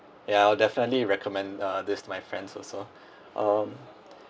ya I'll definitely recommend uh this to my friends also um